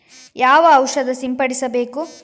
ಯಾವ ಔಷಧ ಸಿಂಪಡಿಸಬೇಕು?